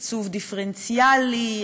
תקצוב דיפרנציאלי,